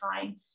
time